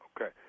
Okay